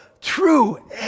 true